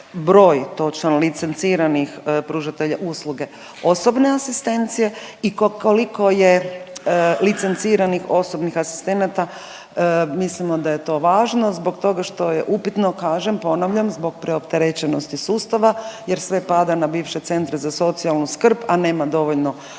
točno licenciranih pružatelja usluge osobne asistencije i koliko je licenciranih osobnih asistenata? Mislimo da je to važno zbog toga što je upitno, kažem, ponavljam, zbog preopterećenosti sustava jer sve pada na bivše centre za socijalnu skrb, a nema dovoljno kapaciteta,